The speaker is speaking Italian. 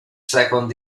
second